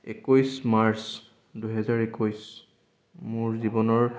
একৈছ মাৰ্চ দুহেজাৰ একৈছ মোৰ জীৱনৰ